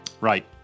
Right